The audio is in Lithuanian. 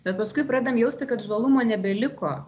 bet paskui pradedam jausti kad žvalumo nebeliko